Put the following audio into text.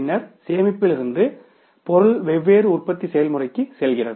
பின்னர் சேமிப்பிலிருந்து பொருள் வெவ்வேறு உற்பத்தி செயல்முறைகளுக்கு செல்கிறது